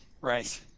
Right